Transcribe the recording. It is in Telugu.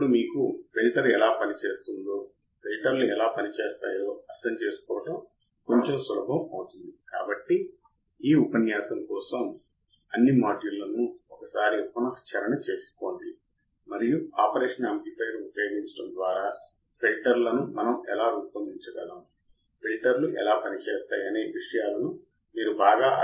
కాబట్టి ఈ ఇన్వర్టింగ్ యాంప్లిఫైయర్ అంటే ఏమిటో మీరు మరింత అర్థం చేసుకోగలుగుతారు వర్చువల్ గ్రౌండ్ ఎలా చిత్రంలోకి వస్తుంది నేను ఈ మధ్యలో అకస్మాత్తుగా కొంచెం గమ్మత్తైన ఒక ఉదాహరణ తీసుకున్నాను ఎందుకంటే మీకు సరిగ్గా పనిచేసే యాంప్లిఫైయర్ ఎలా పనిచేస్తుందో లేదా ఎలా ఉంటుందో మీకు తెలియదు లేదా ఉండకపోవచ్చు